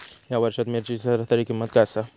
या वर्षात मिरचीची सरासरी किंमत काय आसा?